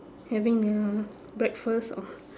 having their breakfast or